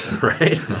right